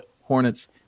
Hornets